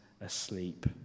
asleep